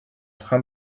train